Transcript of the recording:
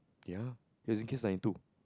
ya he's in kiss ninety two